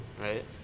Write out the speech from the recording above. Right